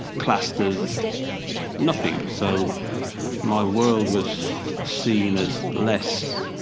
classed as nothing. so my world was seen as less.